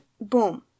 boom